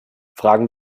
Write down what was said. fragen